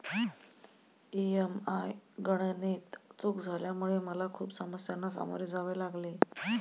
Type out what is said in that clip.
EMI गणनेत चूक झाल्यामुळे मला खूप समस्यांना सामोरे जावे लागले